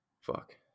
fuck